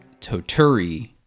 toturi